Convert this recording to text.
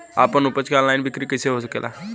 आपन उपज क ऑनलाइन बिक्री कइसे हो सकेला?